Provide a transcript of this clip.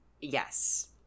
Yes